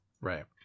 Right